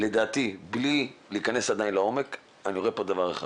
לדעתי בלי להכנס לעומק, אני רואה פה דבר אחד.